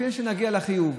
לפני שנגיע לחיוב,